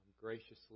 graciously